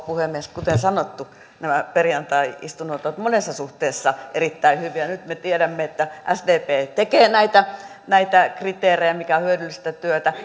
puhemies kuten sanottu nämä perjantai istunnot ovat monessa suhteessa erittäin hyviä nyt me tiedämme että sdp tekee näitä näitä kriteerejä mikä on hyödyllistä työtä